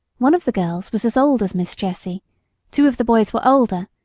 one of the girls was as old as miss jessie two of the boys were older,